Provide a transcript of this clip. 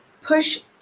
push